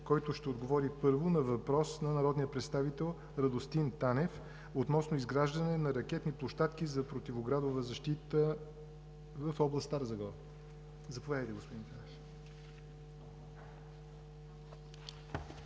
който ще отговори, първо, на въпрос на народния представител Радостин Танев относно изграждането на ракетни площадки за противоградна защита в област Стара Загора. Заповядайте, господин Танев.